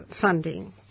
funding